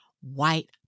white